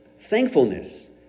Thankfulness